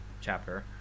chapter